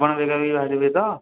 ଆପଣ ବେଗା ବେଗି ବାହାରିବେ ତ